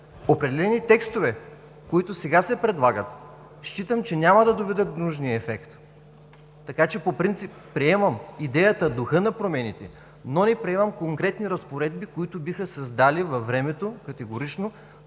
определени текстове, които сега се предлагат, считам, че няма да доведат до нужния ефект. Така че по принцип приемам идеята, духа на промените, но не приемам конкретни разпоредби, които биха създали във времето категорично